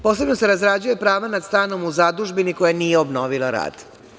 Posebno se razrađuje pravo nad stanom u zadužbini koja nije obnovila rad.